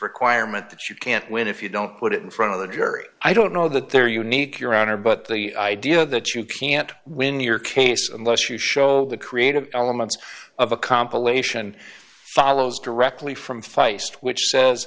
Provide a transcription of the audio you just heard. requirement that you can't win if you don't put it in front of the jury i don't know that they're unique your honor but the idea that you can't win your case and lo if you show the creative elements of a compilation follows directly from feist which says